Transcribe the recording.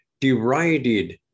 derided